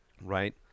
right